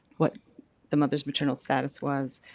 what the mothers' maternal status was.